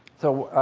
so